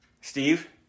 Steve